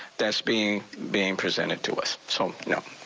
that's being being presented to us. so you know